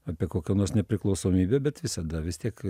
apie kokią nors nepriklausomybę bet visada vis tiek